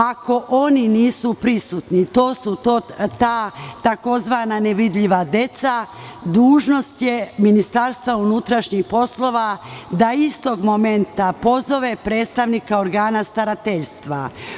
Ako oni nisu prisutni, to su ta tzv. nevidljiva deca i dužnost je Ministarstva unutrašnjih poslova da istog momenta pozove predstavnika organa starateljstva.